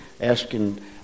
asking